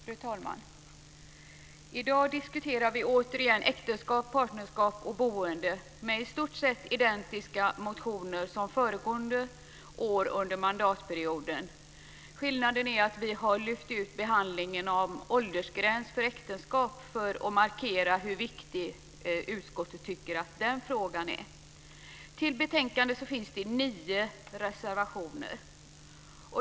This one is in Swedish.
Fru talman! I dag diskuterar vi återigen äktenskap, partnerskap och samboende, med i stort identiska motioner som föregående år under mandatperioden. Skillnaden är den att vi denna gång har lyft ut behandlingen av åldersgräns för äktenskap till ett särskilt betänkande för att understryka den frågans vikt. Till betänkandet finns nio reservationer.